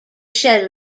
shell